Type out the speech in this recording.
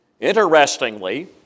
Interestingly